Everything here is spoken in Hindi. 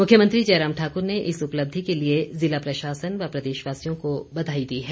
मुख्यमंत्री जयराम ठाक्र ने इस उपलब्धि के लिए जिला प्रशाासन व प्रदेश वासियों को बधाई दी है